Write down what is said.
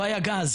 לא היה גז.